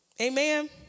Amen